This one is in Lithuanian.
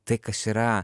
tai kas yra